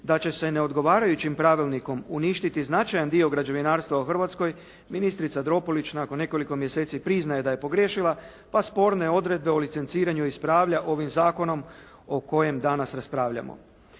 da će se neodgovarajućim pravilnikom uništiti značajan dio građevinarstva u Hrvatskoj, ministrica Dropulić nakon nekoliko mjeseci priznaje da je pogriješila, pa sporne odredbe o licenciranju ispravlja ovim zakonom o kojem danas raspravljamo.